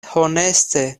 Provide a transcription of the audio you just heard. honeste